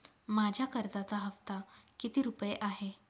माझ्या कर्जाचा हफ्ता किती रुपये आहे?